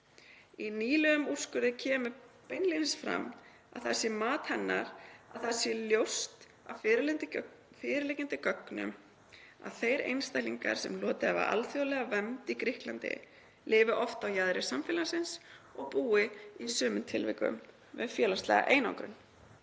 Í nýlegum úrskurði komi beinlínis fram að það sé mat hennar að það sé ljóst af fyrirliggjandi gögnum að þeir einstaklingar sem hlotið hafa alþjóðlega vernd í Grikklandi lifi oft á jaðri samfélagsins og búi í sumum tilvikum við félagslega einangrun.